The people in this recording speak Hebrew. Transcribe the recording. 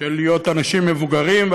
של להיות אנשים מבוגרים.